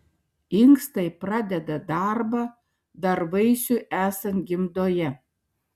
inkstai pradeda darbą dar vaisiui esant gimdoje